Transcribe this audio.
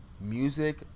music